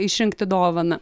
išrinkti dovaną